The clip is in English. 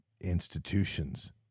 institutions